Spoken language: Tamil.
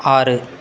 ஆறு